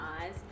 eyes